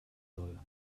soll